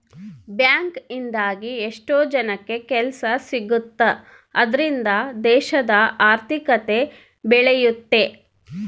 bank ಇಂದಾಗಿ ಎಷ್ಟೋ ಜನಕ್ಕೆ ಕೆಲ್ಸ ಸಿಗುತ್ತ್ ಅದ್ರಿಂದ ದೇಶದ ಆರ್ಥಿಕತೆ ಬೆಳಿಯುತ್ತೆ